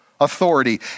authority